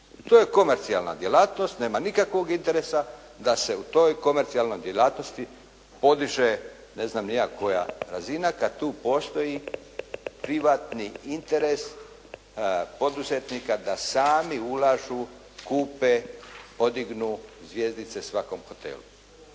To je komercijalna djelatnost, nema nikakvog interesa da se u toj komercijalnoj djelatnosti podiže ne znam ni ja koja razina kad tu postoji privatni interes poduzetnika da sami ulažu, kupe, podignu zvjezdice svakom hotelu.